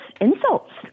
insults